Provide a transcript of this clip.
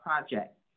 project